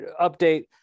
update